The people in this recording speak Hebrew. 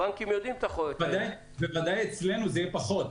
הבנקים יודעים --- בוודאי אצלנו זה יהיה פחות.